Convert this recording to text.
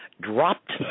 dropped